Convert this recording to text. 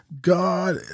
God